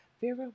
vera